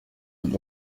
und